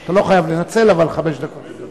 אתה לא חייב לנצל, אבל חמש דקות עומדות לרשותך.